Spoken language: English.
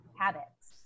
habits